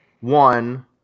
one